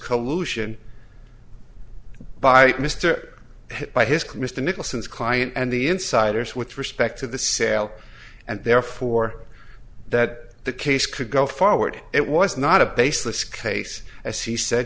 collusion by mr by his committee the nicholson's client and the insiders with respect to the sale and therefore that the case could go forward it was not a baseless case as he said